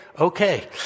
okay